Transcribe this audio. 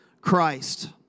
Christ